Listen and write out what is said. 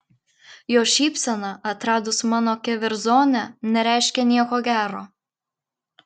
jo šypsena atradus mano keverzonę nereiškė nieko gero